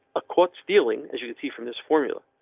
ah quotes dealing. as you can see from this formula,